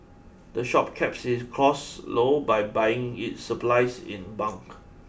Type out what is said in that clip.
the shop keeps its costs low by buying its supplies in bulk